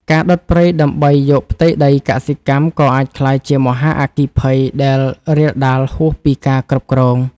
ការដុតព្រៃដើម្បីយកផ្ទៃដីកសិកម្មក៏អាចក្លាយជាមហាអគ្គីភ័យដែលរាលដាលហួសពីការគ្រប់គ្រង។